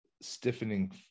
stiffening